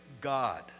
God